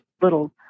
little